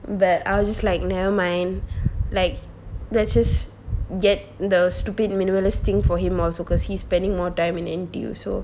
but I was just like nevermind let's just get those stupid minimalist thing for him also cause he's spending more time in N_T_U so